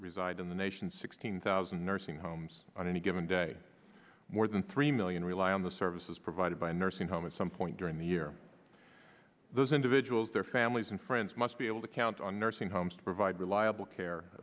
reside in the nation's sixteen thousand nursing homes on any given day more than three million rely on the services provided by a nursing home at some point during the year those individuals their families and friends must be able to count on nursing homes to provide reliable care